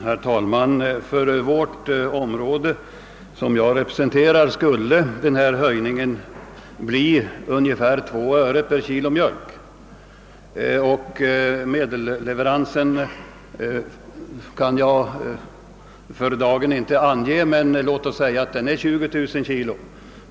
Herr talman! För det område som jag representerar skulle denna höjning bli ungefär 2 öre per kilogram mjölk. Medelleveransen kan jag för dagen inte ange men låt oss säga att den är omkring 20 000 kilo.